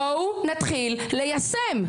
בואו נתחיל ליישם.